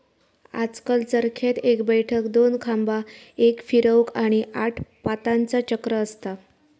आजकल चरख्यात एक बैठक, दोन खांबा, एक फिरवूक, आणि आठ पातांचा चक्र असता